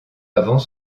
avant